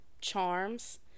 charms